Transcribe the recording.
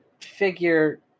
figure